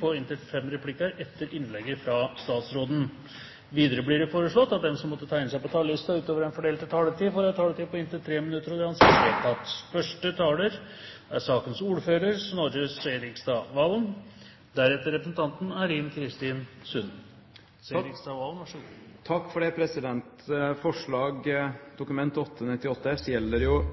på inntil fem replikker med svar etter innlegget fra statsråden innenfor den fordelte taletid. Videre blir det foreslått at de som måtte tegne seg på talerlisten utover den fordelte taletid, får en taletid på inntil 3 minutter. – Det anses vedtatt. Det er